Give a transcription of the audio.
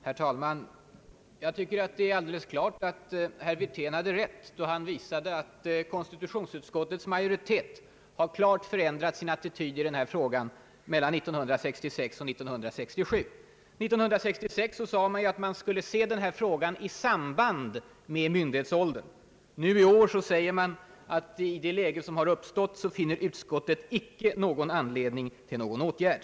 Herr talman! Jag finner det aildeles klart att herr Wirtén hade rätt då han beskrev hur konstitutionsutskottets majoritet har förändrat sin attityd i den här frågan mellan 1966 och 1967. 1966 sade man ju, att frågan skulle »ses i samband med» spörsmålet om myndighetsåldern — nu säger man att i det läge som har uppstått finner utskottet »icke anledning till någon åtgärd».